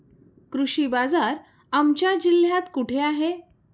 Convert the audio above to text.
कृषी बाजार आमच्या जिल्ह्यात कुठे आहे?